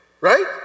right